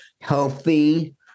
healthy